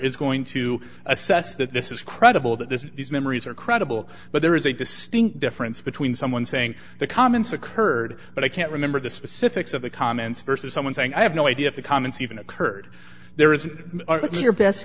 is going to assess that this is credible that this these memories are credible but there is a distinct difference between someone saying the comments occurred but i can't remember the specifics of the comment versus someone saying i have no idea if the comments even occurred there is your best